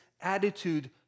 attitude